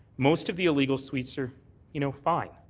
most of the illegal suites are you know fine.